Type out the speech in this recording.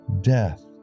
death